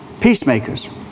peacemakers